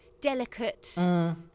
delicate